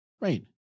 Right